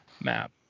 map